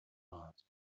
mars